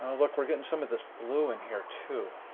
look we're getting some of this blue in here too.